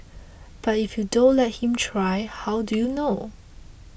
but if you don't let him try how do you know